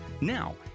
Now